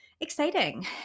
exciting